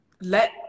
let